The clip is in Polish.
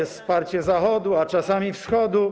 jest wsparcie Zachodu, a czasami Wschodu.